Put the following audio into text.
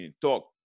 talk